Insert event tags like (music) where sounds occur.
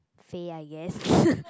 faye I guess (noise)